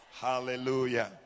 Hallelujah